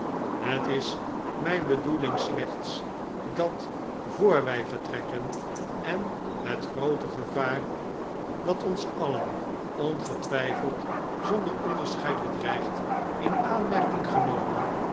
het is mijn bedoeling slechts dat voor wij vertrekken en het groote gevaar dat ons alien ongetwijfeld zonder onderscheid bedreigt in aanmerking genomen